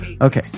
Okay